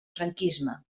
franquisme